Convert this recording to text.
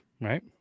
right